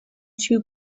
two